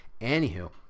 anywho